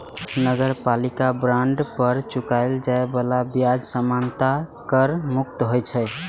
नगरपालिका बांड पर चुकाएल जाए बला ब्याज सामान्यतः कर मुक्त होइ छै